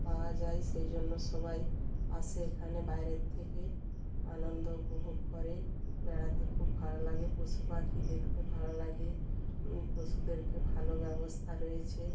পাওয়া যায় সেই জন্য সবাই আসে এখানে বাইরের থেকে আনন্দ উপভোগ করে বেড়াতে খুব ভালো লাগে পশুপাখি দেখতে ভালো লাগে পশুদেরকে ভালো ব্যবস্থা রয়েছে